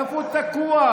איפה הוא תקוע?